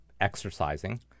exercising